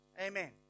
Amen